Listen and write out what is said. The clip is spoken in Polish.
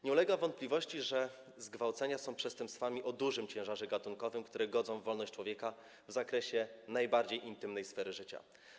Nie ulega wątpliwości, że zgwałcenia są przestępstwami o dużym ciężarze gatunkowym, które godzą w wolność człowieka w zakresie najbardziej intymnej sfery życia.